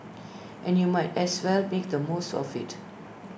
and you might as well make the most of IT